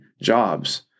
jobs